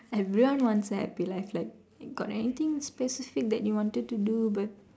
everyone wants a happy life like got anything specific that you wanted to do but